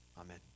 Amen